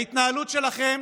ההתנהלות שלכם